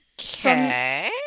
Okay